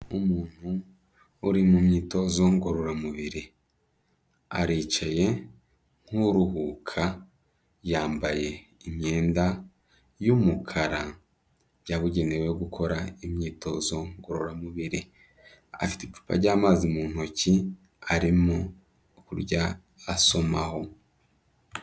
Umuntu uri mu myitozo ngororamubiri. Aricaye nk'uruhuka, yambaye imyenda y'umukara yabugenewe yo gukora imyitozo ngororamubiri, afite icupa ry'amazi mu ntoki arimo kurya asomaho.